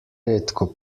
redko